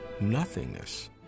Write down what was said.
nothingness